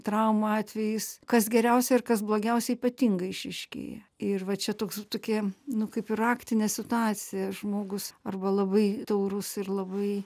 traumų atvejais kas geriausia ir kas blogiausia ypatingai išryškėja ir va čia toks tokie nu kaip ir raktinė situacija žmogus arba labai taurus ir labai